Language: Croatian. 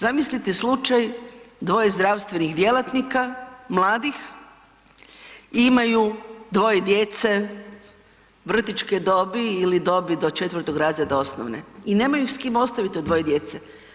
Zamislite slučaj dvoje zdravstvenih djelatnika mladih i imaju dvoje djece vrtićke dobi ili dobi do 4. razreda osnovne i nemaju s kim ostavit to dvoje djece.